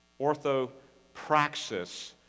Orthopraxis